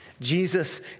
Jesus